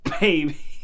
baby